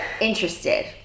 interested